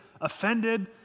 offended